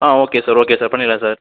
ஆ okay sir okay sir பண்ணிடலாம் sir